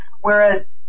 whereas